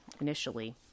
initially